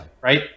right